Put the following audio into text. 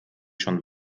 schon